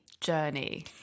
journey